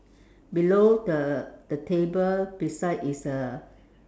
below the the table beside is uh